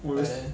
where